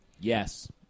Yes